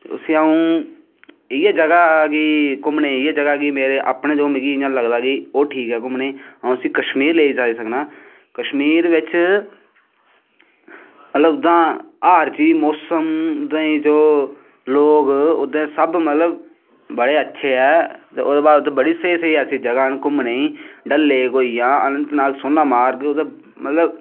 उसी अऊं घूमनें गी इयै जगाह् ऐ कि मेरे अपने जो मिगी लगदा कि ओह् ठीक ऐ धुम्मने गीअऊं उसी कश्मीर लेई जाई सकना कस्मीर बिच्च मतलव उद्दर हर चीज मौसम जो लोग उत्थें सब मतलव बड़े अच्चे न ओह्दे बाद उत्थें बड़ी स्हेई स्हेई जगाह् न घूमनें गी डल लेक अनंतनाद सोनामर्ग मतलव